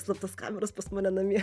slaptos kameros pas mane namie